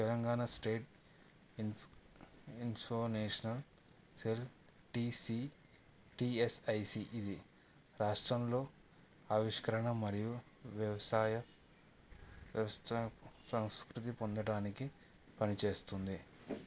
Telangana state innovation cell T C T S I C ఇది రాష్ట్రంలో ఆవిష్కరణ మరియు వ్యవసాయ సంస్కృతి పొందడానికి పనిచేస్తుంది